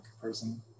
person